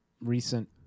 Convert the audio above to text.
recent